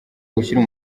gushyira